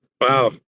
wow